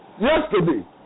Yesterday